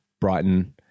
Brighton